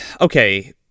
Okay